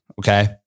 Okay